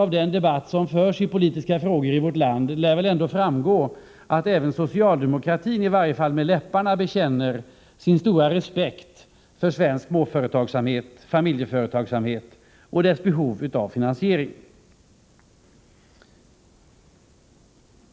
Av den debatt i politiska frågor som förs i vårt land lär framgå att även socialdemokraterna, i varje fall med läpparna, bekänner sin stora respekt för svensk småföretagsamhet och familjeföretagsamhet och dess behov av finansiering.